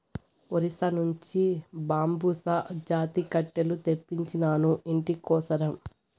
ఒరిస్సా నుంచి బాంబుసా జాతి కట్టెలు తెప్పించినాను, ఇంటి కోసరం